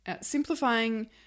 Simplifying